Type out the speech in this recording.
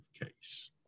case